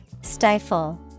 Stifle